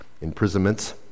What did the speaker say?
imprisonments